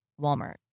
Walmart